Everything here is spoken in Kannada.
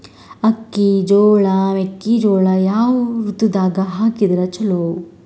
ಅಕ್ಕಿ, ಜೊಳ, ಮೆಕ್ಕಿಜೋಳ ಯಾವ ಋತುದಾಗ ಹಾಕಿದರ ಚಲೋ?